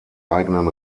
eigenen